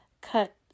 cut